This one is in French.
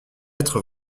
être